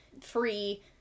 free